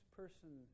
person